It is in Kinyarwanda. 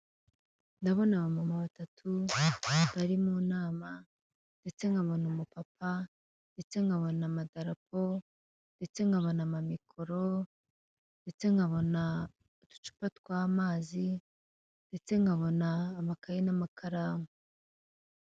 Ndabona abamama batatu bari mu nama, ndetse nkabona umupapa, ndetse nkabona amadarapo, ndetse nkabona amamikoro, ndetse nkabona uducupa tw'amazi, ndetse nkabona amakayi n'amakaramu.